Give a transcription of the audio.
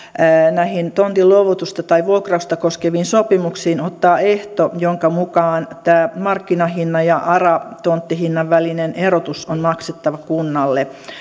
näihin tontin luovutusta tai vuokrausta koskeviin sopimuksiin ottaa ehto jonka mukaan markkinahinnan ja ara tonttihinnan välinen erotus on maksettava kunnalle